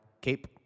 Cape